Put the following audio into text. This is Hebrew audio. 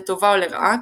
לטובה או לרעה,